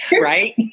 Right